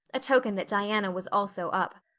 a token that diana was also up.